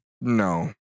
No